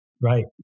Right